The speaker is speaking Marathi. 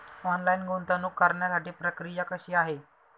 ऑनलाईन गुंतवणूक करण्यासाठी प्रक्रिया कशी आहे?